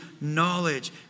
knowledge